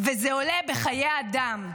וזה עולה בחיי אדם.